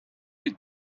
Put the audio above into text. with